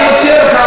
ואני מציע לך,